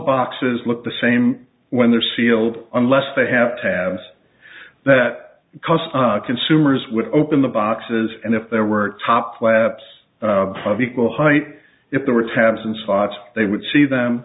boxes look the same when they're sealed unless they have tabs that cost consumers would open the boxes and if there were top flaps of equal height if there were tabs and sought they would see them